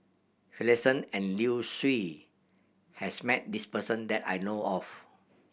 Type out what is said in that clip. Finlayson and Liu Si has met this person that I know of